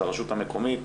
זה הרשות המקומית,